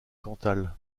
cantal